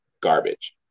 garbage